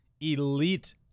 elite